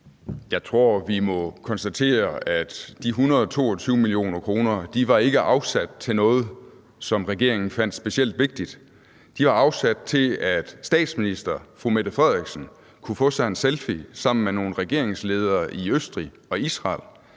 Jeg tror, vi må konstatere, at de 122 mio. kr. ikke var afsat til noget, som regeringen fandt specielt vigtigt. De var afsat til, at statsminister fru Mette Frederiksen kunne få sig en selfie sammen med nogle regeringsledere i Østrig og Israel.